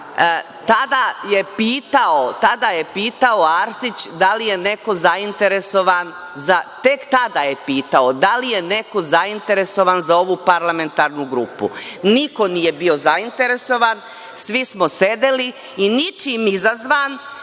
tada je pitao da li je neko zainteresovan za ovu parlamentarnu grupu. Niko nije bio zainteresovan, svi smo sedeli i ničim izazvan